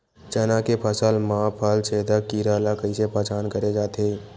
चना के फसल म फल छेदक कीरा ल कइसे पहचान करे जाथे?